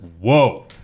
whoa